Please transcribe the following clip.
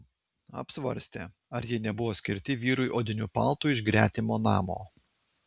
apsvarstė ar jie nebuvo skirti vyrui odiniu paltu iš gretimo namo